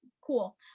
cool